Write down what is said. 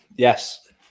Yes